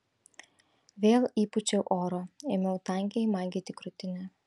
vėl įpūčiau oro ėmiau tankiai maigyti krūtinę